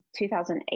2008